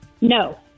No